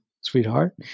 sweetheart